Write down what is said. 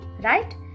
right